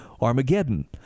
Armageddon